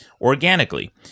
organically